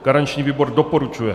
Garanční výbor doporučuje.